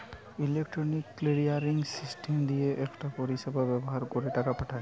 electronic clearing system দিয়ে একটা পরিষেবা ব্যাভার কোরে টাকা পাঠায়